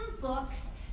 books